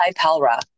IPELRA